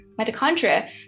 mitochondria